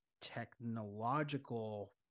technological